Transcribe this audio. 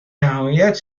نهایت